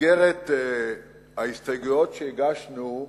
במסגרת ההסתייגויות שהגשנו,